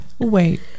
Wait